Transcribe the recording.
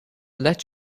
let